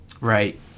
Right